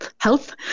health